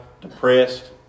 depressed